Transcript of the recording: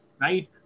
right